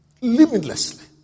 limitlessly